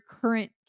current